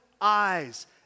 eyes